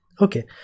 okay